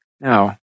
no